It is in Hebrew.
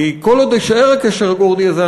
כי כל עוד יישאר הקשר הגורדי הזה,